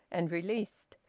and released.